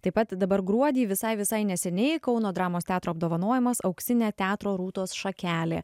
taip pat dabar gruodį visai visai neseniai kauno dramos teatro apdovanojimas auksinė teatro rūtos šakelė